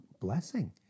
blessing